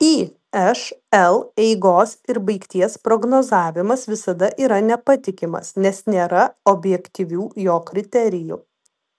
išl eigos ir baigties prognozavimas visada yra nepatikimas nes nėra objektyvių jo kriterijų